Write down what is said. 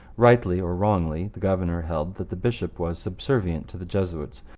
rightly or wrongly, the governor held that the bishop was subservient to the jesuits,